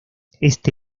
este